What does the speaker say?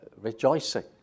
rejoicing